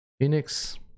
Phoenix